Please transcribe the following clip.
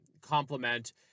complement